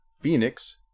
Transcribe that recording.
Phoenix